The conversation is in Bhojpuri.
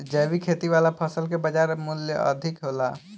जैविक खेती वाला फसल के बाजार मूल्य अधिक होला